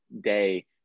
Day